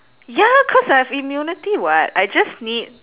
ya cause I have immunity [what] I just need